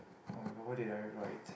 [oh]-my-god what did I write